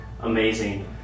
amazing